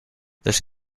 this